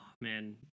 man